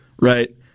right